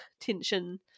tension